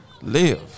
Live